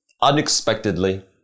unexpectedly